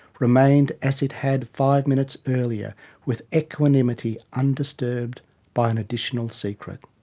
remained as it had five minutes earlier with equanimity undisturbed by an additional secret.